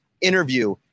interview